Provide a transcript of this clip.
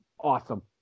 awesome